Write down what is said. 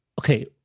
okay